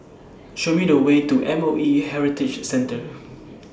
Show Me The Way to M O E Heritage Centre